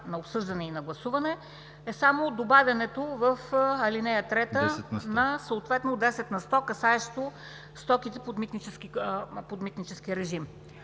на обсъждане и на гласуване, е само добавянето в ал. 3 на 10 на сто, касаещо стоките под митнически режим.